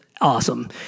awesome